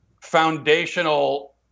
foundational